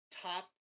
top